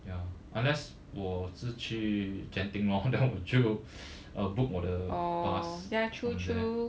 ya unless 我是去 genting lor then 我就 book uh 我的 bus from there